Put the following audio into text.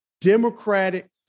Democratic